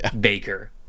baker